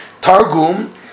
Targum